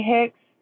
Hicks